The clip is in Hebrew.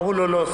אמרו לו: לא,